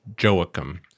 Joachim